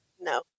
No